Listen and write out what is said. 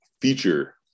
feature